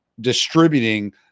distributing